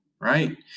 right